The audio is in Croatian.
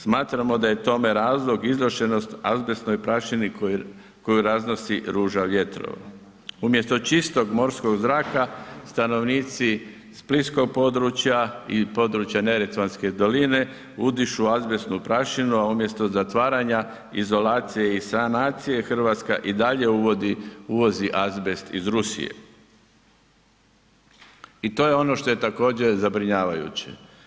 Smatramo da je tome razlog izloženost azbestnoj prašini koju raznosi ... Umjesto čistog morskog zraka stanovnici splitskog područja i područja Neretvanske doline, udišu azbestnu prašinu, a umjesto zatvaranja, izolacije i sanacije, Hrvatska i dalje uvozi azbest iz Rusije i to je ono što je također zabrinjavajuće.